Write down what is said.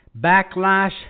Backlash